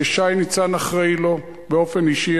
ששי ניצן אחראי לו באופן אישי,